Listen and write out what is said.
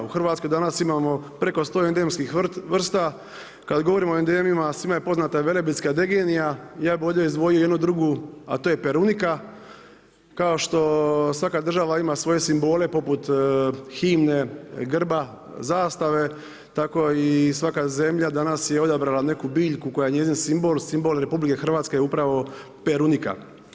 U Hrvatskoj danas imamo preko 100 endemskih vrsta, kad govorimo o endemima, svima je poznata velebitska degenija, ja bi ovdje izdvojio jednu drugu a to je perunika kao što svaka država ima svoj simbole poput himne, grba, zastave, tako i svaka zemlja danas je odabrala neku biljku koja je njezin simbol, simbol RH je upravo perunika.